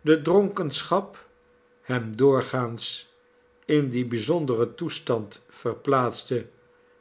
de dre kenschap hem doorgaans in dien bijzonderen toestand verplaatste